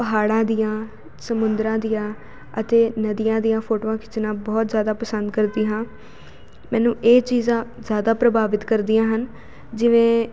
ਪਹਾੜਾਂ ਦੀਆਂ ਸਮੁੰਦਰਾਂ ਦੀਆਂ ਅਤੇ ਨਦੀਆਂ ਦੀਆਂ ਫੋਟੋਆਂ ਖਿੱਚਣਾ ਬਹੁਤ ਜ਼ਿਆਦਾ ਪਸੰਦ ਕਰਦੀ ਹਾਂ ਮੈਨੂੰ ਇਹ ਚੀਜ਼ਾਂ ਜ਼ਿਆਦਾ ਪ੍ਰਭਾਵਿਤ ਕਰਦੀਆਂ ਹਨ ਜਿਵੇਂ